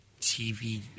TV